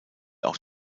auch